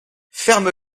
ferme